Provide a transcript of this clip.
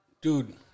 dude